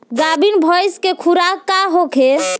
गाभिन भैंस के खुराक का होखे?